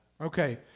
Okay